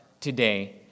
today